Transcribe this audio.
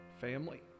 Family